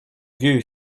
vieux